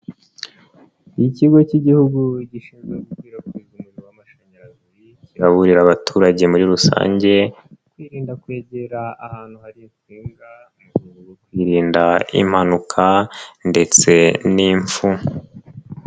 Ikigo cy'igihugu gishinzwe gukwirakwiza umuriro w'amashanyarazi, kiraburira abaturage muri rusange, kwirinda kwegera ahantu hari insinga, mu rwego rwo kwirinda impanuka ndetse n'imfu.